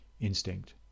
instinct